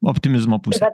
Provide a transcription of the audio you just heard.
optimizmo pusę